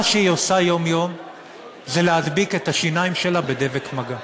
מה שהיא עושה יום-יום זה להדביק את השיניים שלה בדבק מגע.